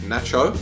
Nacho